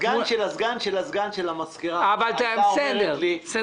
הסגן של הסגן של הסגן של הסגן של המזכירה אומרת לי,